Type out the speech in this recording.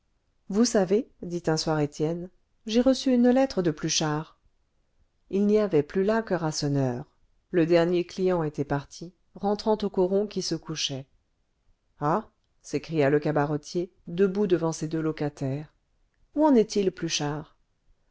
vous savez dit un soir étienne j'ai reçu une lettre de pluchart il n'y avait plus là que rasseneur le dernier client était parti rentrant au coron qui se couchait ah s'écria le cabaretier debout devant ses deux locataires où en est-il